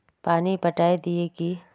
पानी पटाय दिये की?